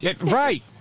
Right